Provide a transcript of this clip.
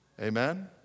Amen